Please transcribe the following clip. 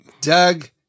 Doug